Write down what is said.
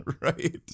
Right